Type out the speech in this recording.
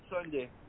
Sunday